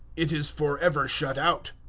it is for ever shut out.